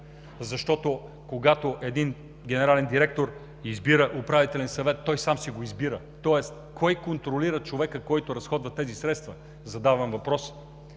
Защото, когато един генерален директор избира управителен съвет, той сам си го избира. Тоест кой контролира човека, който разходва тези средства – задавам въпрос?